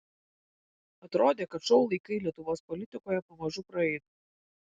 atrodė kad šou laikai lietuvos politikoje pamažu praeina